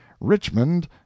richmond